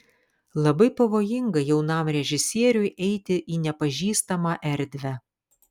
labai pavojinga jaunam režisieriui eiti į nepažįstamą erdvę